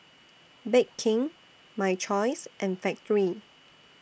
Bake King My Choice and Factorie